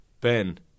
Ben